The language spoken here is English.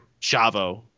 chavo